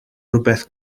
rhywbeth